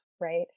right